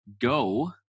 go –